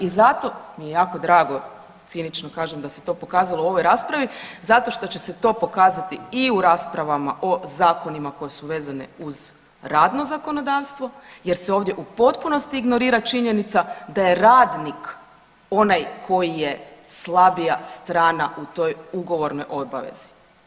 I zato mi je jako drago, cinično kažem, da se to pokazalo u ovoj raspravi zato što će se to pokazati i u raspravama o zakonima koji su vezani uz radno zakonodavstvo jer se ovdje u potpunosti ignorira činjenica da je radnik onaj koji je slabija strana u toj ugovornoj obavezi.